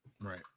Right